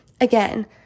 again